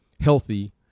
healthy